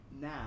now